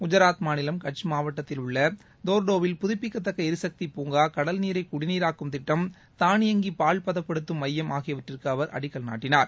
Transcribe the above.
குஜராத் மாநிலம் கட்ச் மாவட்டத்தில் உள்ள தோர்தோவில் புதுப்பிக்கத்தக்க எரிசக்தி பூங்கா கடல்நீரை குடிநீராக்கும் திட்டம் தானியங்கி பால் பதப்படுத்தும் மையம் ஆகியவற்றிற்கு அவர் அடிக்கல் நாட்டினார்